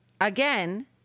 again